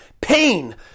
pain